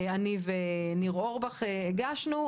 ניר אורבך ואני הגשנו.